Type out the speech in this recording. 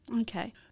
Okay